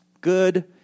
good